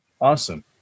Awesome